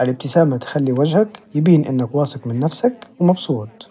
الإبتسامة تخلي وجهك يبين إنك واثق من نفسك ومبسوط.